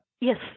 Yes